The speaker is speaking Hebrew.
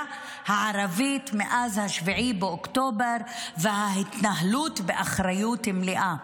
הערבית מאז 7 באוקטובר וההתנהלות באחריות מלאה,